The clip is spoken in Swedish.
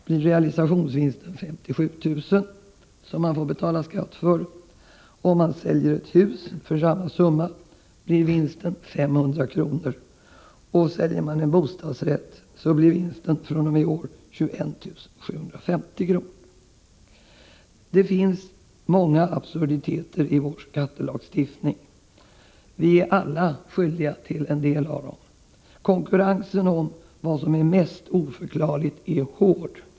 blir realisationsvinsten 57 000 kr., som man får betala skatt för. Om man säljer ett hus för samma summa blir vinsten 500 kr., och säljer man en bostadsrätt blir vinsten fr.o.m. i år 21 750 kr. Det finns många absurditeter i vår skattelagstiftning. Vi är alla skyldiga till en del av dem. Konkurrensen om vad som är mest oförklarligt är hård.